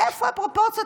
איפה הפרופורציות?